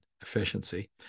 efficiency